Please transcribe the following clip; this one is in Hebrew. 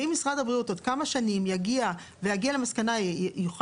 ואם משרד הבריאות עוד כמה שנים יגיע למסקנה ויוכל